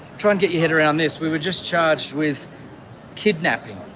try and get your head around this. we were just charged with kidnapping,